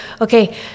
okay